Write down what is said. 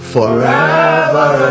Forever